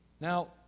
Now